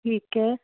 ਠੀਕ ਹੈ